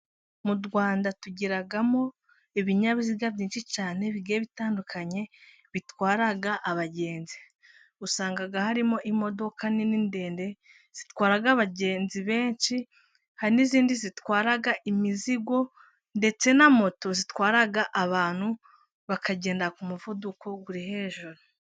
Mu Rwanda tugiramo ibinyabiziga byinshi cyane bigiye bitandukanye, bitwara abagenzi Usanga harimo imodoka nini ndende zitwara abagenzi benshi, hari n'izindi zitwara imizigo, ndetse na moto zitwara abantu, bakagenda ku muvuduko uri hejuru.